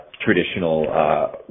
traditional